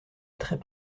très